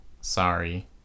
Sorry